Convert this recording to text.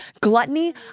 gluttony